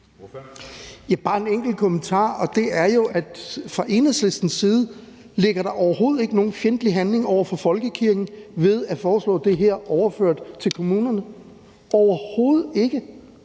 bare en enkelt kommentar. Og det er jo, at fra Enhedslistens side ligger der overhovedet ikke nogen fjendtlig handling over for folkekirken ved at foreslå det her overført til kommunerne – overhovedet ikke.